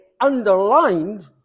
underlined